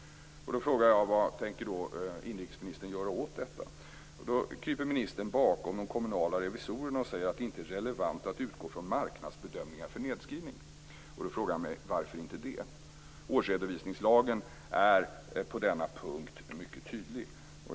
Jag frågar vad inrikesministern tänker göra åt detta. Ministern kryper då bakom de kommunala revisorerna och säger att det inte är relevant att utgå från marknadsbedömningar för nedskrivning. Jag frågar mig varför det inte är det. Årsredovisningslagen är på denna punkt mycket tydlig.